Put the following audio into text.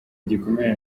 gikomere